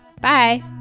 Bye